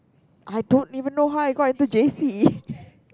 I don't even know how I got into J_C